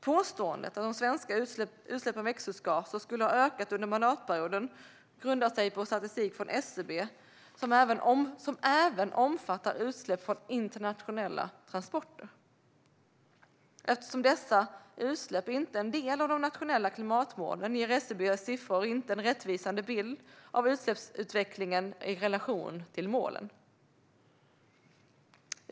Påståendet att de svenska utsläppen av växthusgaser skulle ha ökat under mandatperioden grundar sig på statistik från SCB som även omfattar utsläpp från internationella transporter. Eftersom dessa utsläpp inte är del i de nationella klimatmålen ger SCB:s siffror inte en rättvisande bild av utsläppsutvecklingen i relation till målen.